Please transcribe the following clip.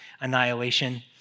annihilation